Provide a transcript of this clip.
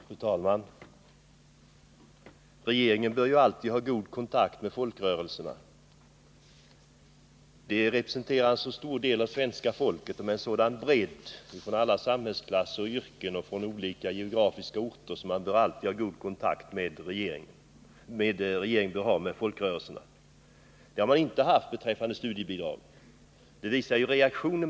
Fru talman! Regeringen bör alltid ha god kontakt med folkrörelserna, som representerar en mycket stor del av svenska folket, med en bredd som omspänner alla samhällsklasser, yrken och geografiska orter. Det har regeringen emellertid inte haft beträffande bidragen till studiecirklar, det visade reaktionen.